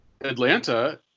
Atlanta